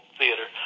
theater